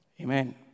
Amen